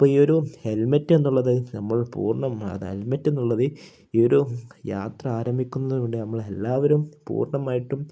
അപ്പം ഈ ഒരു ഹെൽമെറ്റ് എന്നുള്ളത് നമ്മൾ പൂർണ്ണം അ ഹെൽമെറ്റ് എന്നുള്ളത് ഈ ഒരു യാത്ര ആരംഭിക്കുന്നതിനു വേണ്ടി നമ്മൾ എല്ലാവരും പൂർണ്ണമായിട്ടും